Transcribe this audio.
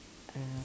uh